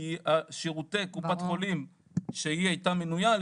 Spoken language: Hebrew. כי שירותי קופת חולים שהיא הייתה מנוייה בה